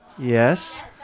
yes